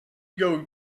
going